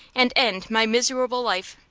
and end my misewable life.